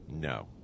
No